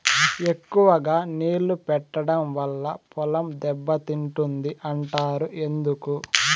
ఎక్కువగా నీళ్లు పెట్టడం వల్ల పొలం దెబ్బతింటుంది అంటారు ఎందుకు?